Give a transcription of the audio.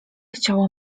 chciało